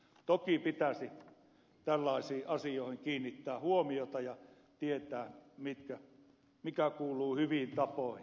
toki pitäisi tällaisiin asioihin kiinnittää huomiota ja tietää mikä kuuluu hyviin tapoihin mikä ei